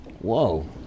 Whoa